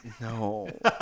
No